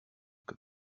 que